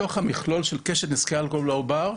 בתוך המכלול של קשת נזקי האלכוהול לעובר,